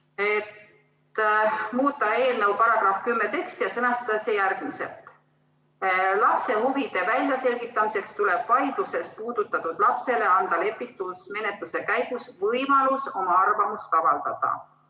muuta eelnõu § 10 teksti ja sõnastada see järgmiselt: "Lapse huvide väljaselgitamiseks tuleb vaidlusest puudutatud lapsele anda lepitusmenetluse käigus võimalus oma arvamust avaldada.